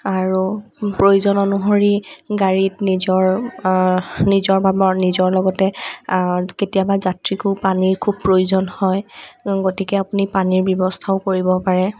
আৰু প্ৰয়োজন অনুসৰি গাড়ীত নিজৰ নিজৰ বাবৰ নিজৰ লগতে কেতিয়াবা যাত্ৰীকো পানীৰ খুব প্ৰয়োজন হয় গতিকে আপুনি পানীৰ ব্যৱস্থাও কৰিব পাৰে